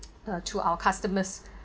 uh to our customers